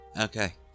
okay